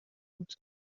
بود